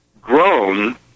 grown